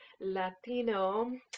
latino